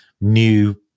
new